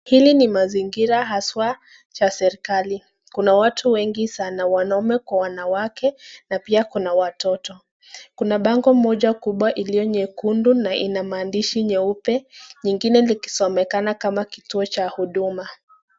Hili ni mazingira hasa cha serikali. Kuna watu wengi sana ,wanaume kwa wanawake na pia Kuna watoto. Kuna bango moja kubwa iliyo nyekundu na ina maandishi nyeupe, nyingine likisomekana kama kituo cha huduma.